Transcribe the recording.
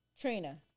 Trina